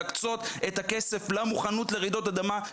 להקצות את הכסף למוכנות לרעידות אדמה,